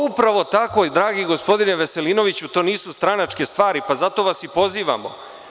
Upravo tako, dragi gospodine Veselinoviću, to nisu stranačke stvari, zato vas i pozivamo.